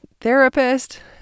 therapist